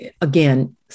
again